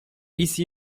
ici